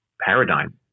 paradigm